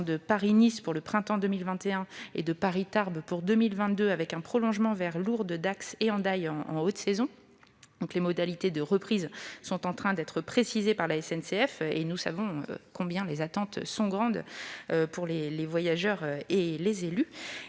Paris-Nice pour le printemps 2021 et de la ligne Paris-Tarbes pour 2022, avec un prolongement vers Lourdes, Dax et Hendaye en haute saison. Les modalités de reprise sont en train d'être précisées par la SNCF. Nous savons combien les attentes des voyageurs et des élus